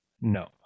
no